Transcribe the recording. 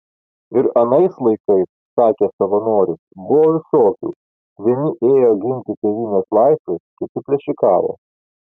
ir anais laikais sakė savanoris buvo visokių vieni ėjo ginti tėvynės laisvės kiti plėšikavo